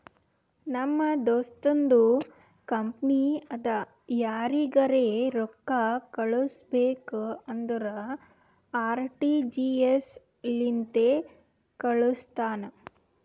ನಮ್ ದೋಸ್ತುಂದು ಕಂಪನಿ ಅದಾ ಯಾರಿಗರೆ ರೊಕ್ಕಾ ಕಳುಸ್ಬೇಕ್ ಅಂದುರ್ ಆರ.ಟಿ.ಜಿ.ಎಸ್ ಲಿಂತೆ ಕಾಳುಸ್ತಾನ್